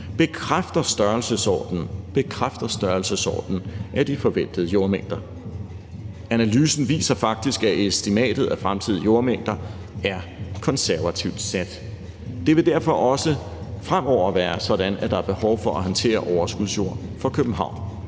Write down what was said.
bekræfter størrelsesordenen af de forventede jordmængder. Analysen viser faktisk, at estimatet for fremtidige jordmængder er konservativt sat. Det vil derfor også fremover være sådan, at der er behov for at skulle håndtere overskudsjord fra København,